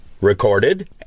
recorded